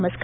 नमस्कार